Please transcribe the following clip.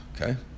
Okay